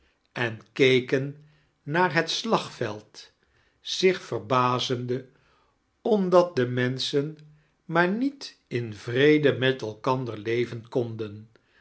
en keken naar het slagveld zich verbazende omdat de memschen maar niet in vrede met elkander leven konden